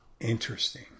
interesting